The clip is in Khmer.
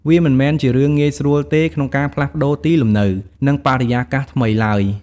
វាមិនមែនជារឿងងាយស្រួលទេក្នុងការផ្លាស់ប្ដូរទីលំនៅ និងបរិយាកាសថ្មីឡើយ។